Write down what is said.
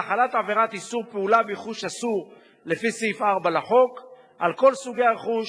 החלת עבירת איסור פעולה ברכוש אסור לפי סעיף 4 לחוק על כל סוגי הרכוש,